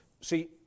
See